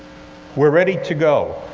we're ready to go.